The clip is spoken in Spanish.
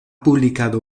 publicado